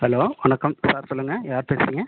hello வணக்கம் sir சொல்லுங்கள் யார் பேசுறீங்க